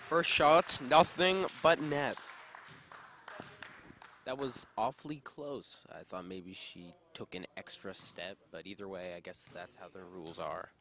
first shots nothing but net that was awfully close i thought maybe she took an extra step but either way i guess that's how the rules are